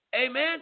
Amen